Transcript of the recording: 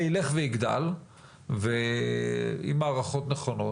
זה ילך ויגדל ואם הערכות נכונות,